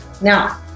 Now